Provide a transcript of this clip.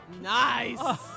Nice